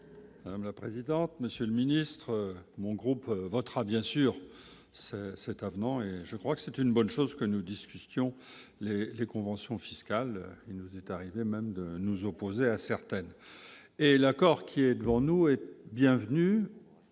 La présidente, monsieur le ministre, mon groupe votera bien sûr ce cet avenant, et je crois que c'est une bonne chose que nous discutions les les conventions fiscales, il nous est arrivé même de nous opposer à certaines et l'accord qui est pour nous, et bienvenue